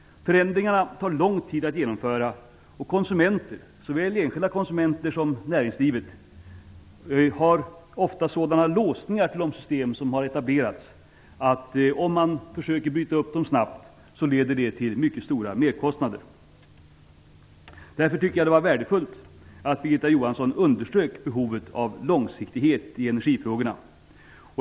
Förändringarna tar lång tid att genomföra. Konsumenterna, såväl enskilda konsumenter som näringslivet, har ofta sådana låsningar till de system som har etablerats att om man försöker bryta upp dem snabbt, leder det till mycket stora merkostnader. Därför tycker jag att det var värdefullt att Birgitta Johansson underströk behovet av långsiktighet i energifrågorna.